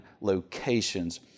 locations